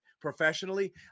professionally